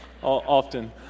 Often